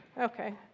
Okay